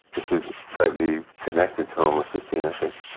which is tightly connected to homocysteine i think,